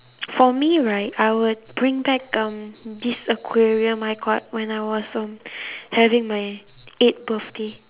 for me right I would bring back um this aquarium I got when I was um having my eighth birthday